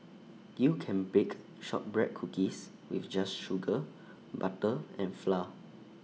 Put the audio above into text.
you can bake Shortbread Cookies with just sugar butter and flour